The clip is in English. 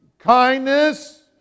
Kindness